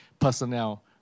Personnel